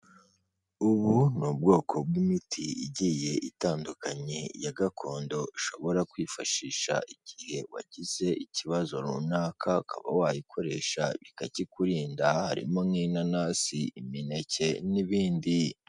Ubu ni ubwoko bw'imiti igiye itandukanye ya gakondo ushobora kwifashisha igihe wagize ikibazo runaka, ukaba wayikoresha ikakikurinda harimo nk'inanasi, imineke, n'ibindi.